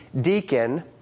deacon